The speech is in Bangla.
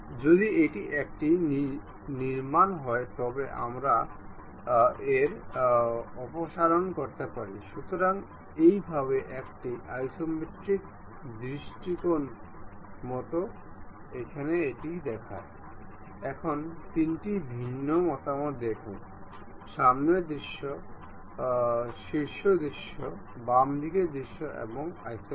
সুতরাং যদি আমরা এই অ্যাসেম্বলিটির অরিজিন দিয়ে শুরু করতে চাই তবে আমরা এই আইটেমটির অরিজিন এবং এখানে এই মেট টি নির্বাচন করতে পারি এবং ক্লিক করতে পারি